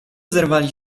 zerwali